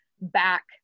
back